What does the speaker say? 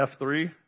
F3